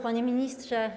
Panie Ministrze!